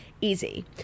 easy